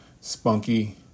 spunky